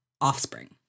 offspring